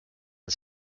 and